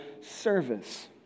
service